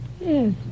Yes